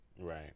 right